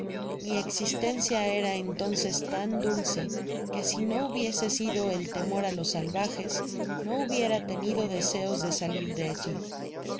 mi exis teacia era entonces tan dulce que sf no hubiese sido el temor á los salvajes no hubiera tenido deseos de salir de alli